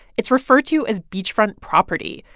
it's referred to as beachfront property.